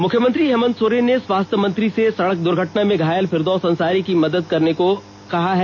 मुख्यमंत्री हेमंत सोरेन ने स्वास्थ्य मंत्री से सड़क दुर्घटना में घायल फिरदौश अंसारी की मदद करने का आग्रह किया है